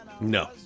No